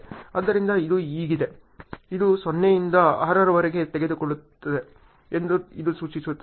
ಆದ್ದರಿಂದ ಇದು ಹೀಗಿದೆ ಇದು 0 ಇಂದ 6 ರವರೆಗೆ ತೆಗೆದುಕೊಳ್ಳುತ್ತದೆ ಎಂದು ಇದು ಸೂಚಿಸುತ್ತದೆ